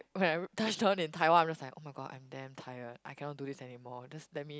okay I touched down in Taiwan I'm just like oh-my-god I'm damn tired I cannot do this anymore just let me